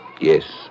Yes